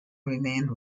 remained